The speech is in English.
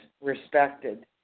respected